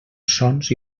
sons